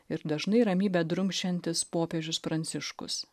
ir dažnai ramybę drumsčiantis popiežius pranciškus